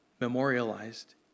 memorialized